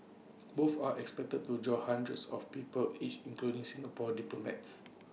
both are expected to draw hundreds of people each including Singapore diplomats